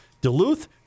Duluth